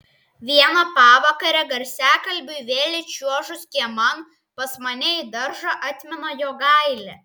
vieną pavakarę garsiakalbiui vėl įčiuožus kieman pas mane į daržą atmina jogailė